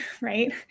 right